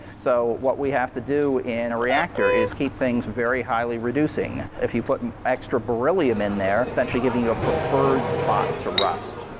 so what we have to do in a reactor is keep things very highly reducing. if you put an extra beryllium in there, essentially giving you a preferred spot to rust.